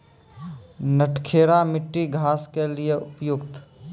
नटखेरा मिट्टी घास के लिए उपयुक्त?